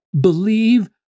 believe